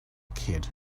kid